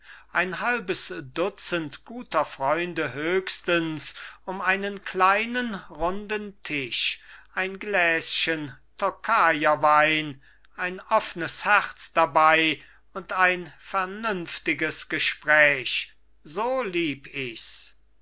ein halbes dutzend guter freunde höchstens um einen kleinen runden tisch ein gläschen tokaierwein ein offnes herz dabei und ein vernünftiges gespräch so lieb ichs